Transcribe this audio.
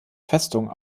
festung